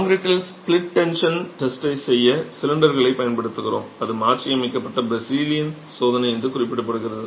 கான்கிரீட்டில் split tension டெஸ்டைச் செய்ய சிலிண்டர்களைப் பயன்படுத்துகிறோம் அது மாற்றியமைக்கப்பட்ட பிரேசிலியன் சோதனை என்று குறிப்பிடப்படுகிறது